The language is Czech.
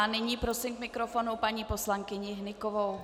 Nyní prosím k mikrofonu paní poslankyni Hnykovou.